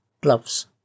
gloves